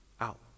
out